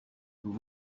vous